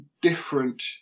different